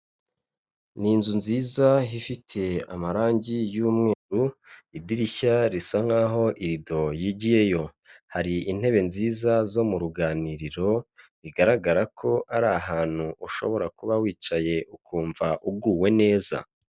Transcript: Ni inzu nziza ifite amarangi y'umweru, idirishya risa nk'aho irido yigiyeyo. Hari intebe nziza zo mu ruganiriro, bigaragara ko ari ahantu ushobora kuba wicaye ukumva uguwe neza.